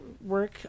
work